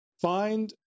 Find